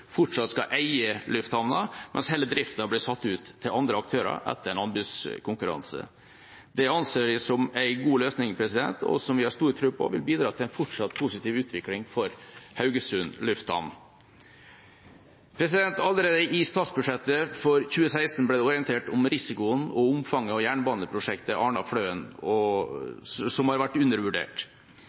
fortsatt skal eie lufthavna, mens hele drifta blir satt ut til andre aktører etter en anbudskonkurranse. Det anser vi som en god løsning, som vi har stor tro på vil bidra til en fortsatt positiv utvikling for Haugesund lufthavn. Allerede i statsbudsjettet for 2016 ble det orientert om risikoen ved og omfanget av jernbaneprosjektet Arna–Fløen, som har vært undervurdert.